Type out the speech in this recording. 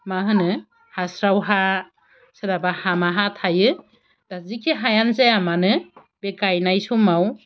मा होनो हास्राव हा सोरनाबा हामा हा थायो दा जिखि हायानो जाया मानो बे गायनाय समाव